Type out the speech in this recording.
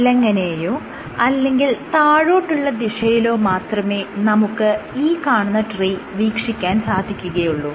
വിലങ്ങനെയോ അല്ലെങ്കിൽ താഴോട്ടുള്ള ദിശയിലോ മാത്രമേ നമുക്ക് ഈ കാണുന്ന ട്രീ വീക്ഷിക്കാൻ സാധിക്കുകയുള്ളൂ